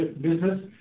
Business